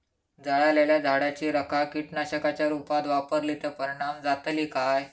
जळालेल्या झाडाची रखा कीटकनाशकांच्या रुपात वापरली तर परिणाम जातली काय?